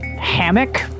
hammock